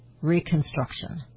Reconstruction